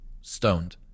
stoned